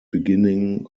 beginning